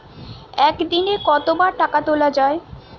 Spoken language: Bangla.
একদিনে কতবার টাকা তোলা য়ায়?